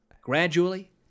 Gradually